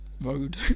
road